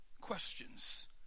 questions